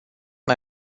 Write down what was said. mai